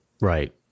Right